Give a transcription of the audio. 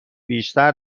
بیشتر